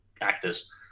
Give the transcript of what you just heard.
actors